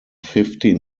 fifteen